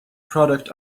product